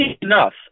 enough